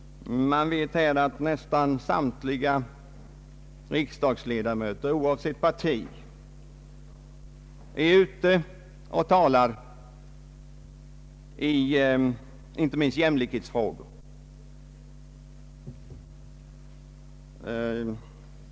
Flertalet riksdagsledamöter, oavsett parti, är ute och talar om jämlikhetsfrågor.